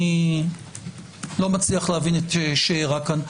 אני לא מצליח להבין את שאירע כאן.